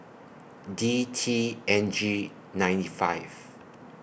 D T N G nine five